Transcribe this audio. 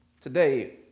today